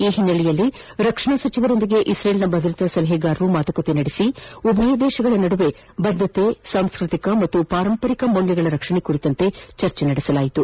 ಈ ಹಿನ್ನೆಲೆಯಲ್ಲಿ ರಕ್ಷಣಾ ಸಚಿವರೊಂದಿಗೆ ಇಕ್ರೇಲ್ನ ಭದ್ರತಾ ಸಲಹೆಗಾರರು ಮಾತುಕತೆ ನಡೆಸಿ ಉಭಯ ದೇಶಗಳ ನಡುವೆ ಬದ್ದತೆ ಸಾಂಸ್ನತಿಕ ಮತ್ತು ಪಾರಂಪರಿಕ ಮೌಲ್ಡಗಳ ರಕ್ಷಣೆ ಕುರಿತಂತೆ ಚರ್ಚೆ ನಡೆಸಲಾಯಿತು